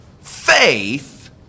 faith